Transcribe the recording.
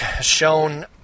shown